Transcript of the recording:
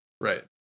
right